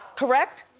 correct.